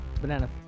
Banana